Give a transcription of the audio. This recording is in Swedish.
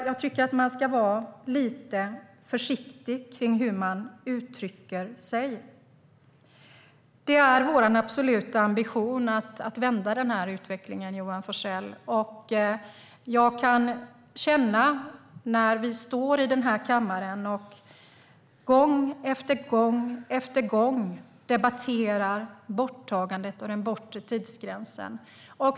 Jag tycker att man ska vara lite försiktig med hur man uttrycker sig. Det är vår absoluta ambition att vända den här utvecklingen, Johan Forssell. Vi står i den här kammaren och debatterar gång efter gång borttagandet av den bortre tidsgränsen.